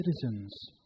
citizens